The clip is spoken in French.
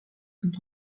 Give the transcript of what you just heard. sont